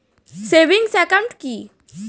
Savings account কি?